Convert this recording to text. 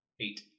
Eight